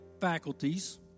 faculties